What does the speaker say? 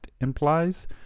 implies